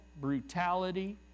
brutality